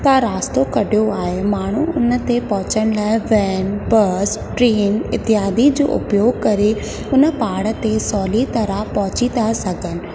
ता रास्तो कढियो आहे माणू उन ते पहुचण लाइ वैन बस ट्रेन इत्यादि जो उपयोग करे उन पहाड़ ते सहुली तरह पहुची था सघनि